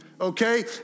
okay